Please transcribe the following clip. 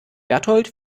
bertold